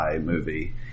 movie